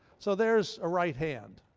so there's a right hand.